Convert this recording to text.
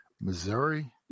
Missouri